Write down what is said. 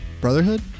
brotherhood